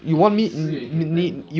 actually si yuan can tank though